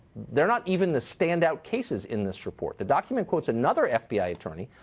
they are not even the standout cases in this report. the document quotes another fbi attorney,